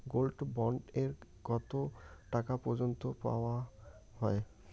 Gold bond এ কতো টাকা পর্যন্ত দেওয়া হয়?